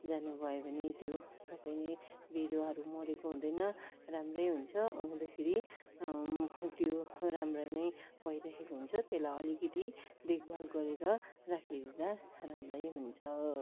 जानुभयो भने त्यो सबै नै बिरुवाहरू मरेको हुँदैन राम्रै हुन्छ आउँदाखेरि त्यो राम्रै नै भइरहेको हुन्छ त्यसलाई अलिकति देखभाल गरेर राखिदिँदा राम्रै हुन्छ